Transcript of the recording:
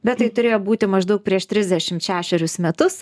bet tai turėjo būti maždaug prieš trisdešim šešerius metus